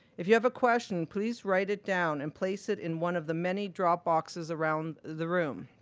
if you have a question, please write it down and place it in one of the many drop boxes around the room.